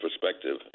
perspective